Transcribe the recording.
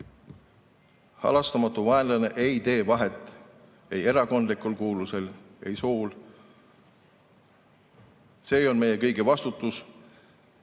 Halastamatu vaenlane ei tee vahet ei erakondlikul kuuluvusel ega sool. See on meie kõigi vastutus.